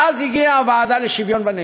ואז הגיעה הוועדה לשוויון בנטל,